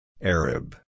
Arab